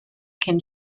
cyn